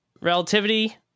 Relativity